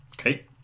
Okay